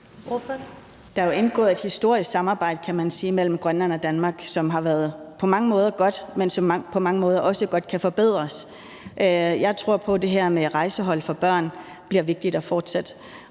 Der er jo indgået et historisk samarbejde, kan man sige, mellem Grønland og Danmark, som på mange måder har været godt, men som på mange måder også godt kan forbedres. Jeg tror på, at det her rejsehold for børn bliver vigtigt at fortsætte.